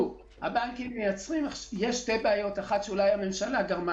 יש שתי בעיות, אחת אולי הממשלה גרמה.